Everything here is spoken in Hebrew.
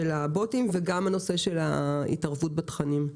של הבוטים וגם הנושא של ההתערבות בתכנים.